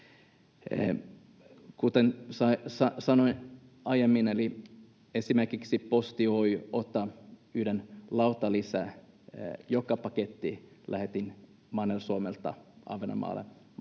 Kuten sanoin aiemmin, esimerkiksi Posti Oyj ottaa lauttalisän: joka pakettilähetys Manner-Suomesta Ahvenanmaalle maksaa